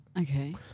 Okay